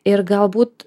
ir galbūt